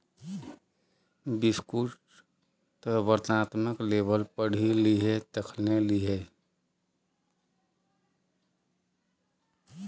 बिस्कुटक वर्णनात्मक लेबल पढ़ि लिहें तखने लिहें